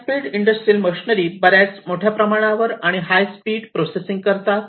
हाय speed industrial machinery बऱ्याच मोठ्या प्रमाणावर आणि हाय स्पीड प्रोसेसिंग करतात